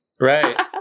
Right